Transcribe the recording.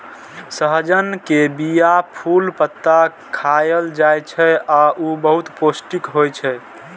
सहजन के बीया, फूल, पत्ता खाएल जाइ छै आ ऊ बहुत पौष्टिक होइ छै